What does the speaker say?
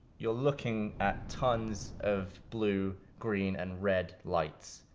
you're looking at tons of blue, green, and red lights.